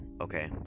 Okay